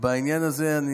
אבל לא לבטל את הדמוקרטיה.